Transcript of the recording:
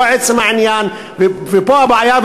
פה עצם העניין ופה הבעיה,